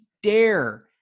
dare